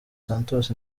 santos